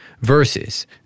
versus